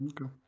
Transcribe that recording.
Okay